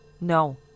No